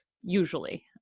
usually